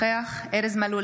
אינו נוכח ארז מלול,